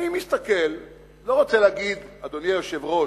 אני מסתכל, לא רוצה להגיד, אדוני היושב-ראש,